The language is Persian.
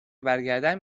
برگردم